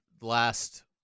last